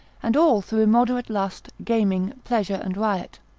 and all through immoderate lust, gaming, pleasure and riot.